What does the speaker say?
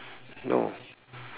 no